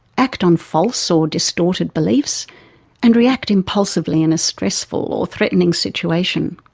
act on false or distorted beliefs and react impulsively in a stressful or threatening situation.